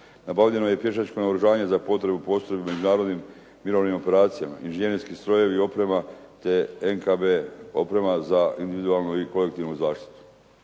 Nabavljeno je i pješačko naoružanje za potrebu postrojbe u međunarodnim mirovnim operacijama, inženjerski strojevi i oprema, te NKB oprema za individualnu i kolektivnu zaštitu.